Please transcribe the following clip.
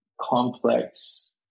complex